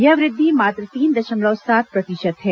यह वृद्धि मात्र तीन दशमलव सात प्रतिशत है